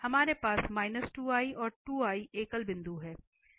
हमारे पास 2 i और 2 i एकल बिंदु हैं